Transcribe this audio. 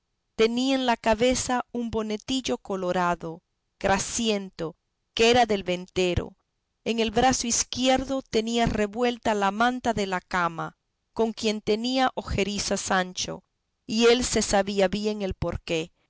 tenía en la cabeza un bonetillo colorado grasiento que era del ventero en el brazo izquierdo tenía revuelta la manta de la cama con quien tenía ojeriza sancho y él se sabía bien el porqué y